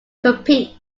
compete